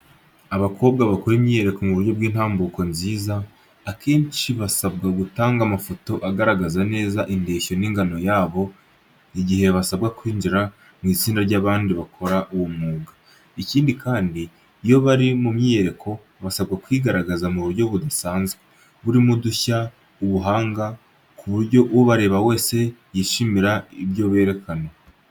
Abakobwa bakora imyiyereko mu buryo bw’intambuko nziza, akenshi basabwa gutanga amafoto agaragaza neza indeshyo n’ingano yabo igihe basaba kwinjira mu itsinda ry’abandi bakora uwo mwuga. Ikindi kandi, iyo bari mu myiyereko, basabwa kwigaragaza mu buryo budasanzwe, burimo udushya n'ubuhanga, ku buryo ubareba wese yishimira ibyo berekana.